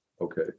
Okay